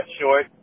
short